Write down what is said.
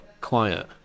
quiet